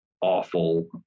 awful